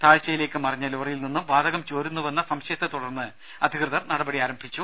താഴ്ചയിലേക്ക് മറിഞ്ഞ ലോറിയിൽ നിന്നും വാതകം ചോരുന്നുവെന്ന സംശയത്തെ തുടർന്ന് അധികൃതർ നടപടി ആരംഭിച്ചു